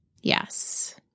Yes